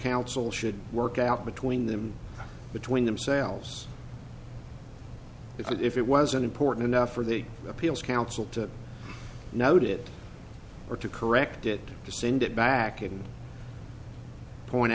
council should work out between them between themselves because if it wasn't important enough for the appeals counsel to note it or to correct it to send it back it point